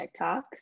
tiktoks